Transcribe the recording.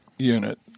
Unit